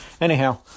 anyhow